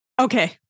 okay